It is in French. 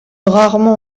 rarement